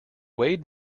weighed